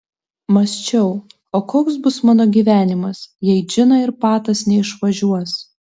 mąsčiau o koks bus mano gyvenimas jei džina ir patas neišvažiuos